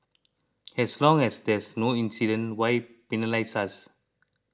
as long as there's no incident why penalise us